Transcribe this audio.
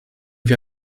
wir